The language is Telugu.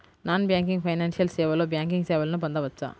నాన్ బ్యాంకింగ్ ఫైనాన్షియల్ సేవలో బ్యాంకింగ్ సేవలను పొందవచ్చా?